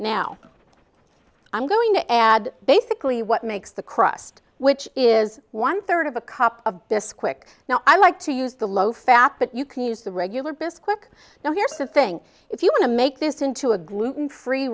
now i'm going to add basically what makes the crust which is one third of a cup of bisquick now i like to use the low fat but you can use the regular bisquick now here's the thing if you want to make this into a gluten free